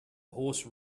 horse